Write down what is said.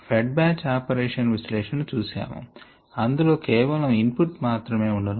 fed batch operation విశ్లేషణ చూసాము అందులో కేవలం ఇన్ పుట్ మాత్రమే ఉండును